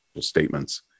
statements